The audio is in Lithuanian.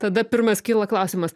tada pirmas kyla klausimas